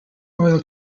oil